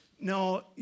No